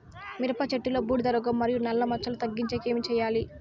మిరప చెట్టులో బూడిద రోగం మరియు నల్ల మచ్చలు తగ్గించేకి ఏమి చేయాలి?